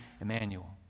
Emmanuel